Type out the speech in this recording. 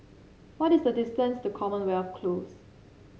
what is the distance to Commonwealth Close